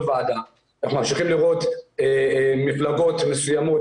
ועדה ואנחנו ממשיכים לראות מפלגות מסוימות,